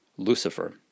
Lucifer